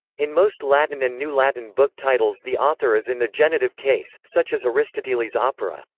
in most latin and new latin book titles the author is in the genitive case, such as aristotelis opera,